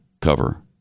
cover